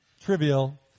trivial